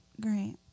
Great